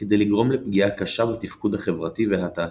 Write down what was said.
כדי לגרום לפגיעה קשה בתפקוד החברתי והתעסוקתי,